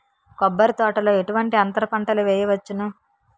కొబ్బరి తోటలో ఎటువంటి అంతర పంటలు వేయవచ్చును?